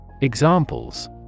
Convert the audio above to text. Examples